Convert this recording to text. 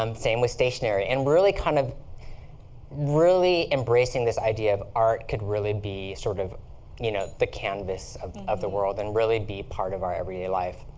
um same with stationery. and really kind of really embracing this idea of art could really be sort of you know the canvas of of the world and really be part of our everyday life.